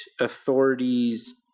Authorities